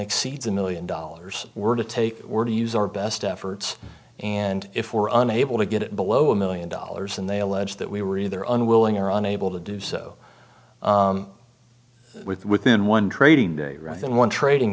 exceeds a million dollars we're to take or to use our best efforts and if we're unable to get it below a million dollars and they allege that we were either unwilling or unable to do so with within one trading day rather than one trading